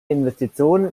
investitionen